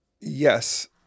yes